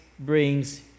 Brings